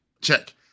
Check